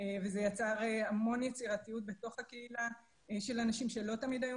וזה יצר המון יצירתיות בתוך הקהילה של אנשים שלא תמיד היו